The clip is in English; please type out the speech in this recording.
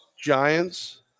Giants